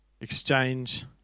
exchange